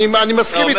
אני מסכים אתך.